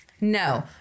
No